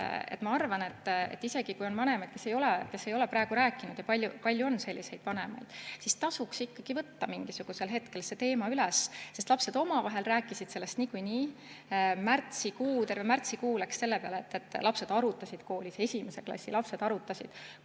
ma arvan, et isegi kui on vanemaid, kes ei ole praegu veel rääkinud – ja selliseid vanemaid on palju –, siis tasuks ikkagi võtta mingisugusel hetkel see teema üles, sest lapsed omavahel rääkisid sellest niikuinii. Märtsikuu, terve märtsikuu läks selle peale, et lapsed arutasid koolis, esimese klassi lapsed arutasid,